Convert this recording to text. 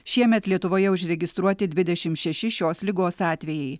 šiemet lietuvoje užregistruoti dvidešim šeši šios ligos atvejai